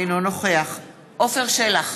אינו נוכח עפר שלח,